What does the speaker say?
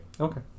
Okay